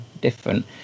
different